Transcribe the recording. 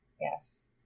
Yes